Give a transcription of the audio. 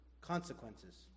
consequences